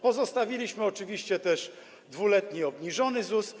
Pozostawiliśmy oczywiście też 2-letni obniżony ZUS.